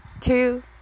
two